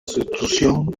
sustitución